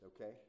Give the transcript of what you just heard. okay